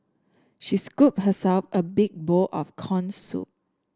she scooped herself a big bowl of corn soup